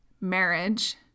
marriage